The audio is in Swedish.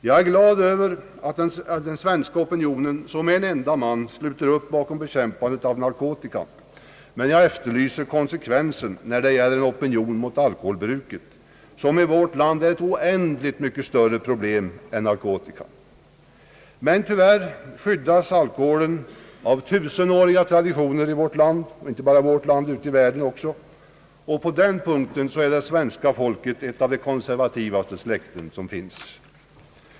Jag är glad över att den svenska opinionen som en enda man sluter upp bakom bekämpandet av narkotikan, men jag efterlyser konsekvensen när det gäller en opinion mot alkoholbruket som i vårt land är ett oändligt mycket större problem än narkotikabruket. Tyvärr skyddas alkoholen av tusenåriga traditioner inte bara i vårt land utan också ute i världen, och på den punkten är svenska folket oerhört konservativt.